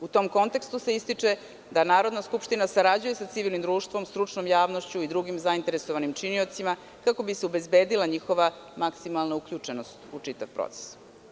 U tom kontekstu se ističe da Narodna skupština sarađuje sa civilnim društvom, stručnom javnošću i drugim zainteresovanim činiocima kako bi se obezbedila njihova maksimalna uključenost u čitav proces.